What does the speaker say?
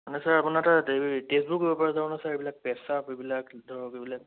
মানে ছাৰ আপোনাৰ তাত এই টেষ্টবোৰ কৰিব পৰা যাব নহয় ছাৰ এইবিলাক পেচাব এইবিলাক ধৰক এইবিলাক